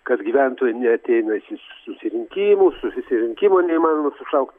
kad gyventojai neateina į sus susirinkimus susirinkimų neįmanoma sušaukt